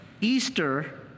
Easter